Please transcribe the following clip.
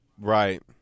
Right